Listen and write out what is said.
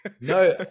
No